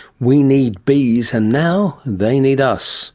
we need bees, and now they need us